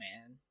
man